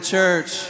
church